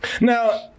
Now